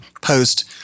post